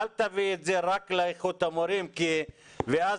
אל תביאי את זה רק לאיכות המורים ואז